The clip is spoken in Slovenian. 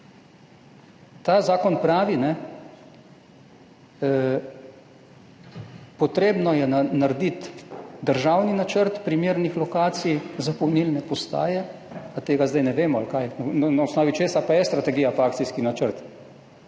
Ta zakon pravi, treba je narediti državni načrt primernih lokacij za polnilne postaje, pa tega zdaj ne vemo, ali kaj. Na osnovi česa pa sta strategija in akcijski načrt,